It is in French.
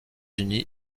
unis